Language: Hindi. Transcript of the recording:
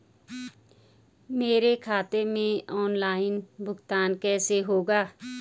मेरे खाते में ऑनलाइन भुगतान कैसे होगा?